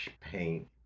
paint